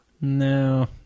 No